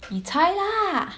你猜啦